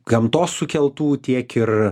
gamtos sukeltų tiek ir